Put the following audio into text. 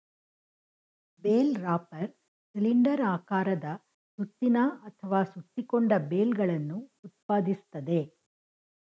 bale wrapper cylinder ಆಕಾರದ ಸುತ್ತಿನ ಅಥವಾ ಸುತ್ತಿಕೊಂಡ ಬೇಲ್ಗಳನ್ನು ಉತ್ಪಾದಿಸ್ತದೆ